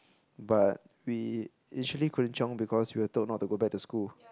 but we initially couldn't chiong because we were told not to go back to school